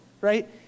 right